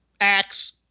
acts